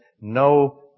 no